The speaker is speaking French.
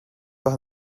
par